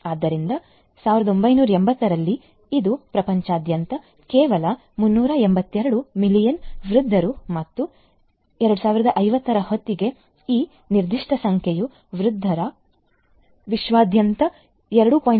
ಆದ್ದರಿಂದ 1980 ರಲ್ಲಿ ಇದು ಪ್ರಪಂಚದಾದ್ಯಂತ ಕೇವಲ 382 ಮಿಲಿಯನ್ ವೃದ್ಧರು ಮತ್ತು 2050 ರ ಹೊತ್ತಿಗೆ ಈ ನಿರ್ದಿಷ್ಟ ಸಂಖ್ಯೆಯ ವೃದ್ಧರು ವಿಶ್ವಾದ್ಯಂತ 2